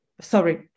sorry